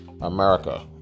America